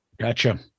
Gotcha